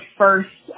first